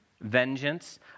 vengeance